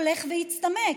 הולך להצטמק,